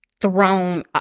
thrown